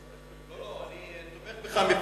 לא, אני תומך בך מפה.